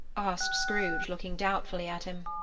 asked scrooge, looking doubtfully at him.